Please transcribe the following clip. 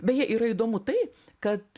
beje yra įdomu tai kad